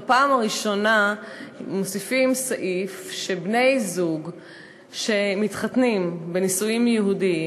בפעם הראשונה מוסיפים סעיף שבני-זוג שמתחתנים בנישואים יהודיים,